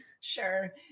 sure